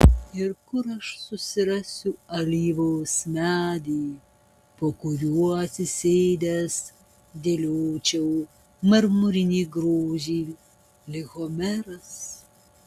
ir kur aš susirasiu alyvos medį po kuriuo atsisėdęs dėliočiau marmurinį grožį lyg homeras